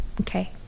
okay